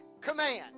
command